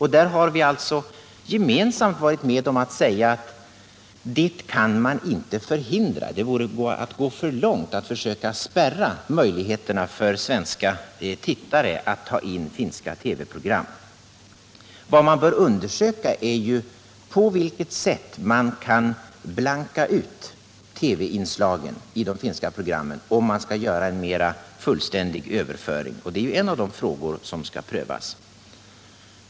Här har vi varit med om att säga: Detta kan man inte förhindra. Det vore att gå för långt att försöka spärra möjligheterna för svenska tittare att ta in finska TV-program. Vad som bör undersökas är ju på vilket sätt man kan ”blanka ut” inslag i de finska programmen om man skulle göra en mera fullständig överföring. Det är en av de frågor som skall prövas.